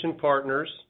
partners